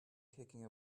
kicking